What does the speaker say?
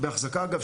בהחזקה שאגב,